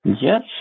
Yes